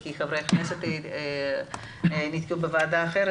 כי חברי הכנסת היו בוועדה אחרת,